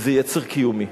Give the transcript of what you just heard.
וזה יצר קיומי.